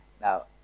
Now